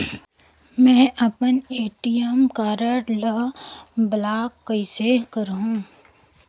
मै अपन ATM card ल ब्लाक कइसे करहूं?